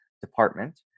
department